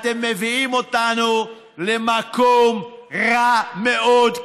אתם מביאים אותנו למקום רע מאוד,